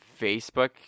Facebook